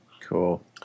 Cool